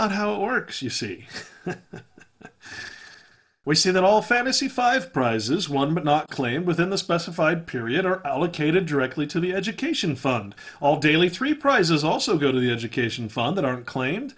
not how it works you see we see that all fantasy five prizes one but not claimed within the specified period are allocated directly to the education fund all daily three prizes also go to the education fund that aren't claimed